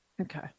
Okay